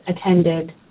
attended